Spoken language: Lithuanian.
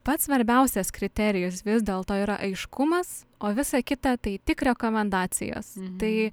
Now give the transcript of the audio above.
pats svarbiausias kriterijus vis dėlto yra aiškumas o visa kita tai tik rekomendacijos tai